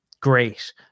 great